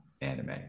anime